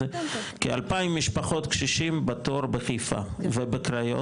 כ-2000 משפחות קשישים בתור בחיפה ובקריות?